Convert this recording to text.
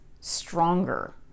stronger